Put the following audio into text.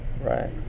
Right